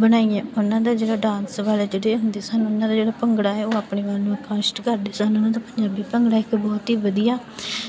ਬਣਾਈਏ ਉਹਨਾਂ ਦਾ ਜਿਹੜਾ ਡਾਂਸ ਵਾਲੇ ਜਿਹੜੇ ਹੁੰਦੇ ਸਨ ਉਹਨਾਂ ਦਾ ਜਿਹੜਾ ਭੰਗੜਾ ਹੈ ਉਹ ਆਪਣੀ ਕਾਸ਼ਟ ਕਰਦੇ ਸਨ ਉਹਨਾਂ ਦਾ ਪੰਜਾਬੀ ਭੰਗੜਾ ਇੱਕ ਬਹੁਤ ਹੀ ਵਧੀਆ